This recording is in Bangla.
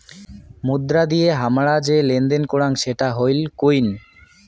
মুদ্রা দিয়ে হামরা যে লেনদেন করাং সেটা হই কোইন